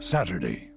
Saturday